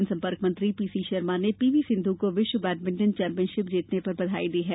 जनसंपर्क मंत्री पीसी शर्मा ने पीवी सिंध् को विश्व बैडमिंटन चैंपियनशिप जीतने पर बधाई दी है